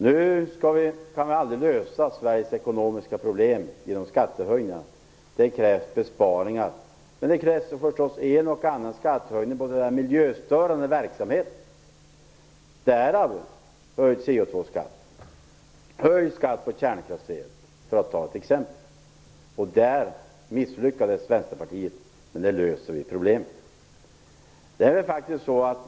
Nu kan vi aldrig lösa Sveriges ekonomiska problem genom skattehöjningar, det krävs besparingar. Men det krävs förstås en och annan skattehöjning på miljöförstörande verksamhet, därav höjd koldioxidskatt, höjd skatt på kärnkraftsel. Där misslyckades Vänsterpartiet, men nu löser vi problemen.